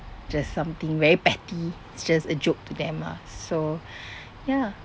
just something very petty it's just a joke to them ah so ya